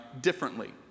differently